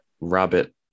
rabbit